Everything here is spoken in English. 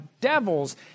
devils